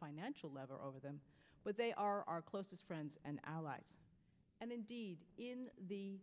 financial lever over them but they are our closest friends and allies the